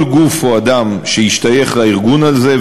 כל גוף או אדם שישתייך לארגון הזה,